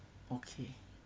okay